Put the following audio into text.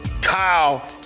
Kyle